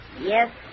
Yes